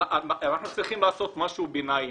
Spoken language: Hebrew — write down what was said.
אנחנו צריכים לתת פתרון ביניים.